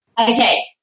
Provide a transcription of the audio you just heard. Okay